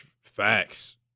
Facts